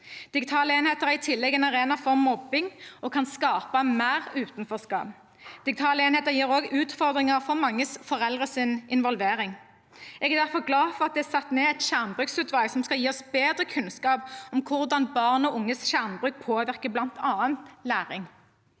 Digitale enheter er i tillegg en arena for mobbing og kan skape mer utenforskap. Digitale enheter gir også utfordringer for mange foreldres involvering. Jeg er derfor glad for at det er satt ned et skjermbruksutvalg som skal gi oss bedre kunnskap om hvordan barn og unges skjermbruk påvirker bl.a. læring.